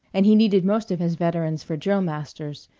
and he needed most of his veterans for drill-masters,